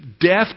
death